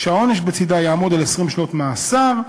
שהעונש בצדה יעמוד על 20 שנות מאסר.